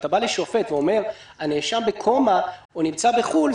כשאתה בא לשופט ואומר: הנאשם בקומה או נמצא בחו"ל,